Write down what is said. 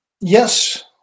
Yes